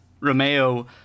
Romeo